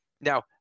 now